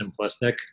simplistic